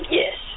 yes